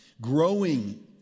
Growing